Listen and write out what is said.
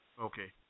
Okay